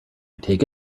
take